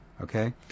okay